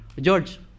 George